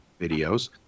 videos